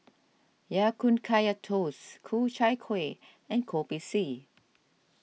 Ya Kun Kaya Toast Ku Chai Kuih and Kopi C